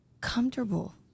comfortable